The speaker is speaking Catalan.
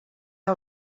que